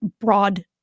broad